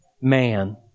man